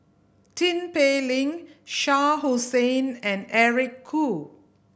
Tin Pei Ling Shah Hussain and Eric Khoo